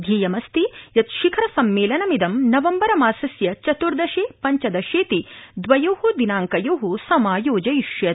ध्येयमस्ति यत् शिखर सम्मेलनमिदं नवम्बर मासस्य चत्र्दशे पंचदशेति द्वयो दिनांकयो समायोजयिष्यते